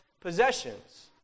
possessions